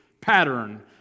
pattern